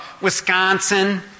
Wisconsin